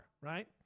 right